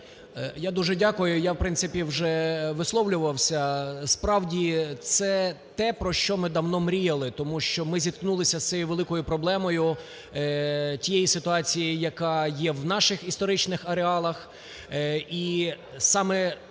Я дуже дякую, я, в принципі, вже висловлювався. Справді це те, про що ми давно мріяли, тому що ми зіткнулися з цією великою проблемою, тією ситуацією, яка є в наших історичних ареалах.